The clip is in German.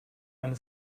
eine